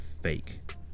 fake